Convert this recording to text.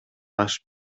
ашып